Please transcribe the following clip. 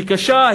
היא קשה,